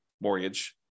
mortgage